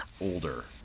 older